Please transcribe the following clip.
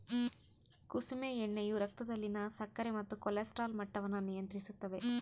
ಕುಸುಮೆ ಎಣ್ಣೆಯು ರಕ್ತದಲ್ಲಿನ ಸಕ್ಕರೆ ಮತ್ತು ಕೊಲೆಸ್ಟ್ರಾಲ್ ಮಟ್ಟವನ್ನು ನಿಯಂತ್ರಿಸುತ್ತದ